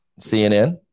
CNN